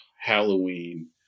Halloween